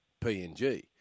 PNG